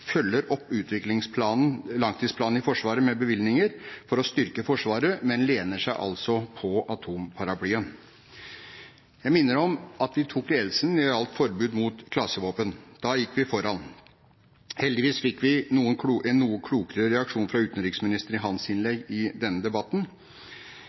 følger opp langtidsplanen for Forsvaret med bevilgninger for å styrke Forsvaret, men lener seg på atomparaplyen. Jeg minner om at vi tok ledelsen når det gjaldt forbud mot klasevåpen – da gikk vi foran. Heldigvis fikk vi en noe klokere reaksjon fra utenriksministeren i hans innlegg i denne debatten.